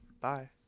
Bye